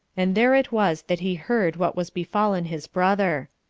and there it was that he heard what was befallen his brother.